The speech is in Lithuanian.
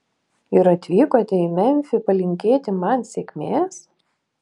ir atvykote į memfį palinkėti man sėkmės